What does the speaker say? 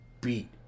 beat